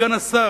סגן השר,